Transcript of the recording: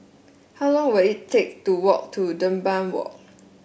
how long will it take to walk to Dunbar Walk